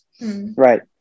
Right